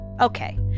Okay